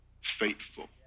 faithful